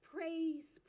Praise